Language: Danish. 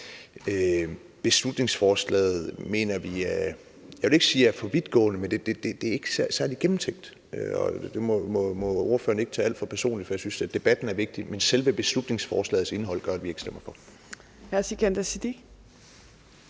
Beslutningsforslaget mener vi er, jeg vil ikke sige for vidtgående, men ikke særlig gennemtænkt. Og det må ordføreren ikke tage alt for personligt, for jeg synes, at debatten er vigtig. Men selve beslutningsforslagets indhold gør, at vi ikke stemmer for.